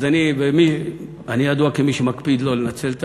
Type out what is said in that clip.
אז אני, אני ידוע כמי שמקפיד לא לנצל את